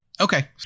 Okay